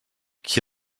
qui